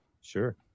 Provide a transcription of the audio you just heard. Sure